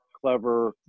Clever